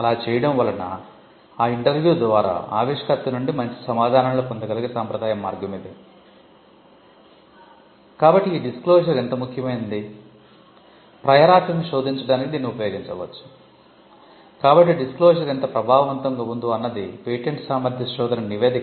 అలా చేయడం వలన ఆ ఇంటర్వ్యూ ద్వారా ఆవిష్కర్త నుండి మంచి సమాధానాలు పొందగలిగే సంప్రదాయ మార్గం ఇది